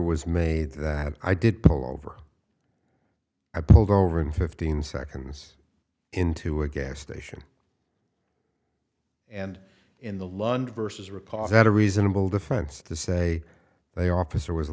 was made that i did pull over i pulled over in fifteen seconds into a gas station and in the london versus ripoff had a reasonable difference to say hey officer was a